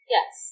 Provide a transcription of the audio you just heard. Yes